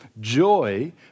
joy